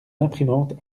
imprimante